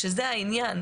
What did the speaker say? שזה העניין,